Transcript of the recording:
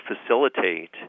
facilitate